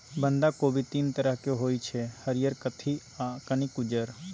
बंधा कोबी तीन तरहक होइ छै हरियर, कत्थी आ कनिक उज्जर